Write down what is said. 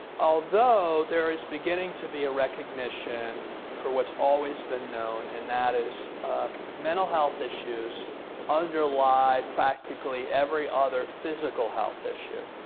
although there is beginning to be a recognition for what's always been known, and that is mental health issues underlie practically every other physical health issue.